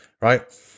right